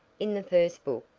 in the first book,